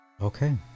okay